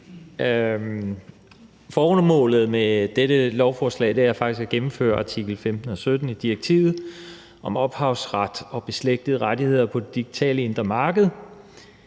Formålet med dette lovforslag er faktisk at gennemføre artikel 15 og 17 i direktivet om ophavsret og beslægtede rettigheder på det digitale indre marked,